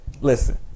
listen